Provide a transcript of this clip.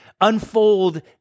unfold